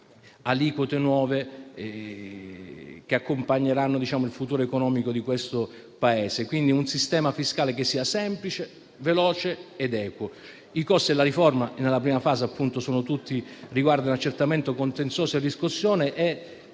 aliquote nuove che accompagneranno il futuro economico di questo Paese. Pensiamo quindi a un sistema fiscale semplice, veloce ed equo. I costi della riforma nella prima fase riguardano accertamento, contenzioso a riscossione